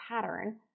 pattern